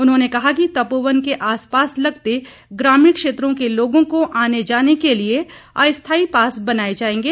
उन्होंने कहा कि तपोवन के आसपास लगते ग्रामीण क्षेत्रों के लोगों को आने जाने के लिए अस्थायी पास बनाए जाएंगे